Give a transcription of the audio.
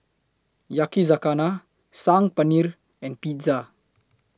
Yakizakana Saag Paneer and Pizza